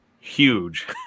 huge